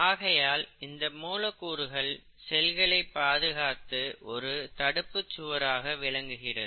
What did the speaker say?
ஆகையால் இந்த மூலக்கூறுகள் செல்களை பாதுகாத்து ஒரு தடுப்புச் சுவராக விளங்குகிறது